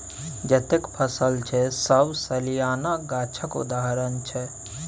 जतेक फसल छै सब सलियाना गाछक उदाहरण छै